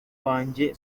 wanjye